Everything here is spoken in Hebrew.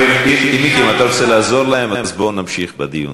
אם אתה רוצה לעזור להם, בוא נמשיך בדיון.